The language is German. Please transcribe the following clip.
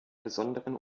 besonderen